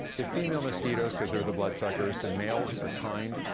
the female mosquitoes, because they're the blood suckers the males are kind,